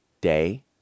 day